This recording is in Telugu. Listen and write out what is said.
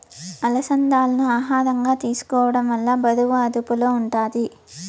అలసందాలను ఆహారంగా తీసుకోవడం వల్ల బరువు అదుపులో ఉంటాది